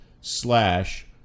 slash